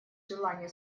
желания